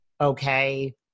okay